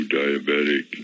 diabetic